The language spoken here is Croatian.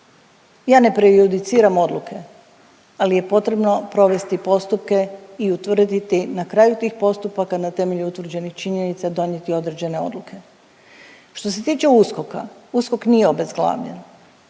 Ja ne prejudiciram odluke, ali je potrebno provesti postupke i utvrditi na kraju tih postupaka na temelju utvrđenih činjenica donijeti određene odluke. Što se tiče USKOK-a, USKOK nije obezglavljen,